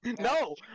No